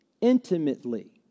Intimately